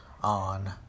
On